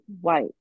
White